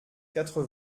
quatre